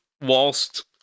whilst